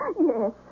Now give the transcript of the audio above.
Yes